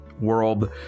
world